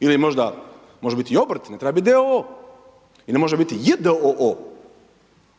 ili možda može biti i obrt, ne treba biti d.o.o. i ne može biti j.d.o.o.,